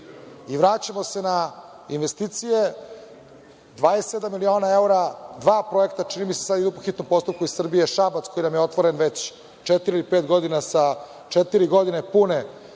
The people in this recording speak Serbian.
voda. Vraćamo se na investicije, 27 miliona evra, dva projekta, čini mi se, idu po hitnom postupku iz Srbije. Šabac koji nam je otvoren već četiri ili pet godina sa četiri pune